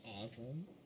awesome